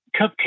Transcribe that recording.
cupcake